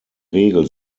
regel